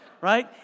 Right